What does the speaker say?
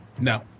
No